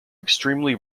extremely